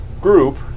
group